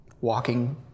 walking